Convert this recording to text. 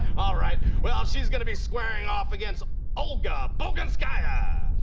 all right. well, she's gonna be squaring off against olga bogunskaya!